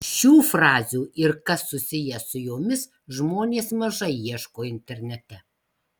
šių frazių ir kas susiję su jomis žmonės mažai ieško internete